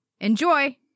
Enjoy